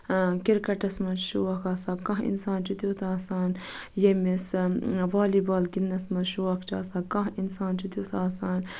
کِرکَٹس مَنٛز شوق آسان کانٛہہ اِںسان چھُ تِیُتھ آسان ییٚمِس والی بال گِندنَس مَنٛز شوق چھُ آسان کانٛہہ اِںسان چھُ تِیُتھ آسان